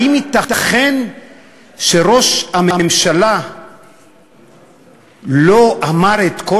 האם ייתכן שראש הממשלה לא אמר את כל